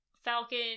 Falcon